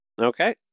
Okay